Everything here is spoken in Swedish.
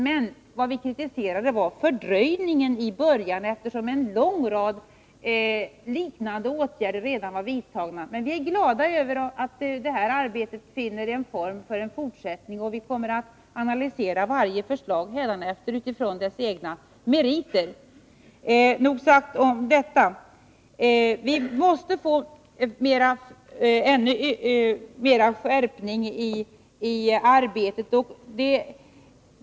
Men det vi kritiserade var fördröjningen i början, eftersom en lång rad liknande åtgärder redan var vidtagna. Men vi är glada över att det här arbetet finner en form för en fortsättning, och vi kommer att analysera varje förslag hädanefter utifrån dess egna meriter. Nog sagt om detta. Vi måste få ännu mer skärpning i arbetet.